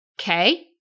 Okay